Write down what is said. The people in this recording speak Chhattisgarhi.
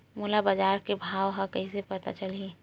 मोला बजार के भाव ह कइसे पता चलही?